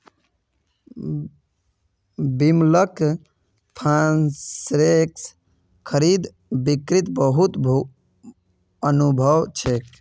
बिमलक फॉरेक्स खरीद बिक्रीत बहुत अनुभव छेक